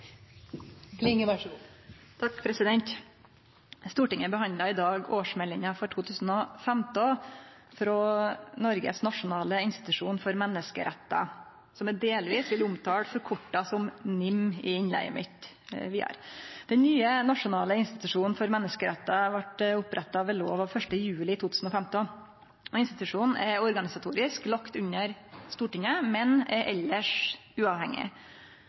Noregs nasjonale institusjon for menneskerettar, som eg delvis vil omtale forkorta som NIM vidare i innlegget mitt. Den nye nasjonale institusjonen for menneskerettar vart oppretta ved lov av 1. juli 2015. Institusjonen er organisatorisk lagt under Stortinget, men er elles uavhengig.